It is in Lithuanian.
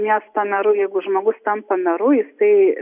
miesto meru jeigu žmogus tampa meru jisai